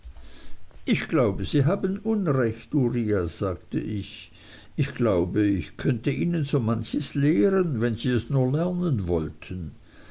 ich glaube sie haben unrecht uriah sagte ich ich glaube ich könnte ihnen so manches lehren wenn sie es nur lernen wollten